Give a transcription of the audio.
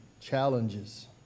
challenges